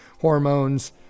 hormones